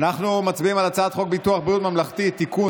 אנחנו מצביעים על הצעת חוק ביטוח בריאות ממלכתי (תיקון,